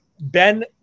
Ben